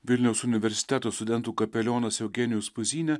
vilniaus universiteto studentų kapelionas eugenijus puzynė